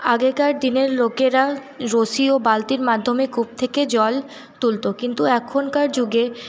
আগেকার দিনের লোকেরা রশি ও বালতির মাধ্যমে কূপ থেকে জল তুলতো কিন্তু এখনকার যুগে